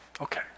okay